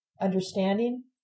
understanding